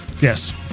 Yes